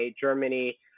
Germany